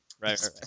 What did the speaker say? right